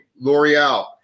L'Oreal